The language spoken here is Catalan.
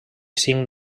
cinc